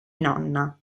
nonna